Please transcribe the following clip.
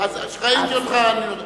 ראיתי אותך.